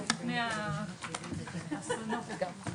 אין נמנעים ואין כמובן מתנגדים.